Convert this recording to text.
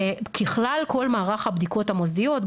ככלל כל מערך הבדיקות המוסדיות,